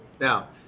Now